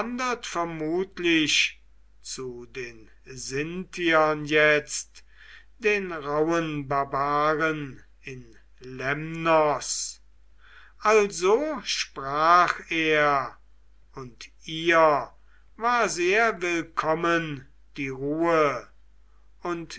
vermutlich zu den sintiern jetzt den rauhen barbaren in lemnos also sprach er und ihr war sehr willkommen die ruhe und